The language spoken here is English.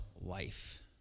life